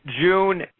June